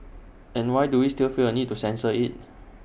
and why do we still feel A need to censor IT